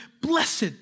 Blessed